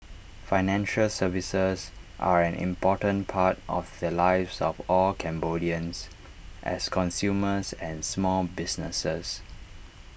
financial services are an important part of the lives of all Cambodians as consumers and small businesses